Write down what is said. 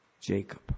Jacob